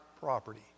property